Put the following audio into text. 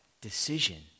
decision